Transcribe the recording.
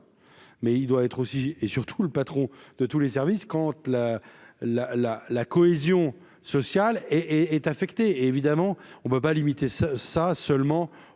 mais il doit être aussi et surtout le patron de tous les services compte là. La, la, la cohésion sociale et et est affecté, évidemment on ne peut pas limiter ça ça seulement aux